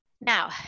Now